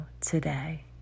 today